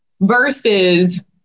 versus